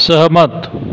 सहमत